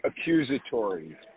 accusatory